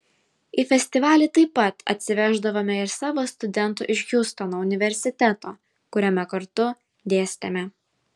į festivalį taip pat atsiveždavome ir savo studentų iš hjustono universiteto kuriame kartu dėstėme